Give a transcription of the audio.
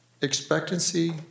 expectancy